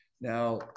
Now